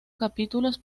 capítulos